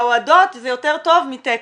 ההועדות זה יותר טוב מתקן.